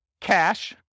cash